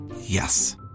Yes